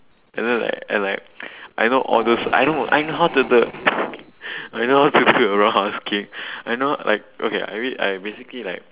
and then like I like I know all those I know I know how to the I know how to do the roundhouse kick I know like okay I mean I basically like